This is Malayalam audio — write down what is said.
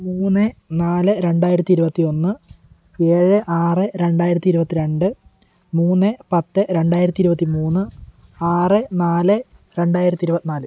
മൂന്ന് നാല് രണ്ടായിരത്തി ഇരുപത്തി ഒന്ന് ഏഴ് ആറ് രണ്ടായിരത്തി ഇരുപത്തിരണ്ട് മൂന്ന് പത്ത് രണ്ടായിരത്തി ഇരുപത്തിമൂന്ന് ആറ് നാല് രണ്ടായിരത്തി ഇരുപത്തിനാല്